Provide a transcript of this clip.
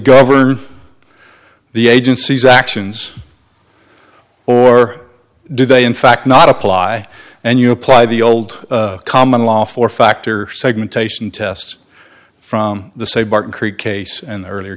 govern the agency's actions or do they in fact not apply and you apply the old common law for factor segmentation test from the say barton creek case and the earlier